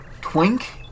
Twink